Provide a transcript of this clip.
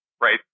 right